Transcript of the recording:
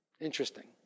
Interesting